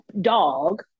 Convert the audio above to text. dog